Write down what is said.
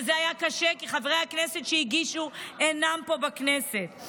וזה היה קשה, כי חברי הכנסת שהגישו אינם פה בכנסת.